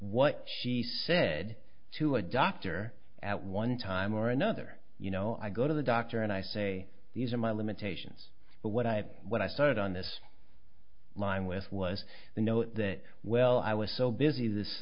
what she said to a doctor at one time or another you know i go to the doctor and i say these are my limitations but what i what i started on this line with was the note that well i was so busy this